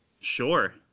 Sure